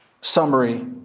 summary